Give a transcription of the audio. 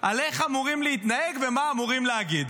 על איך אמורים להתנהג ומה אמורים להגיד,